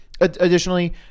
Additionally